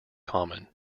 common